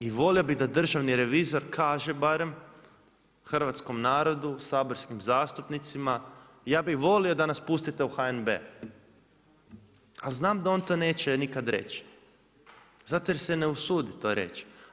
I volio bi da državni revizor kaže barem hrvatskom narodu, saborskim zastupnicima, ja bi volio da nas pustite u HNB, ali znam da on to neće nikad reći zato jer se ne usudi to reći.